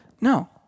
No